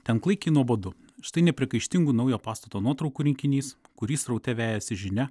ten klaikiai nuobodu štai nepriekaištingų naujo pastato nuotraukų rinkinys kurį sraute vejasi žinia